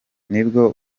nibwo